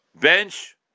bench